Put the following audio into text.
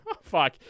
fuck